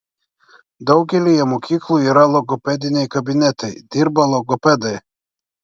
daugelyje mokyklų yra logopediniai kabinetai dirba logopedai